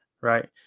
right